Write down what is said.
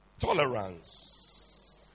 Tolerance